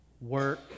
work